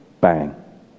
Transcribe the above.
Bang